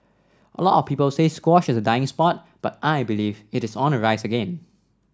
a lot of people say squash is a dying sport but I believe it is on the rise again